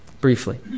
briefly